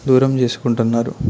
దూరం చేసుకుంటున్నారు